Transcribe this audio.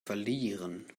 verlieren